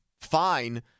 fine